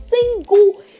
single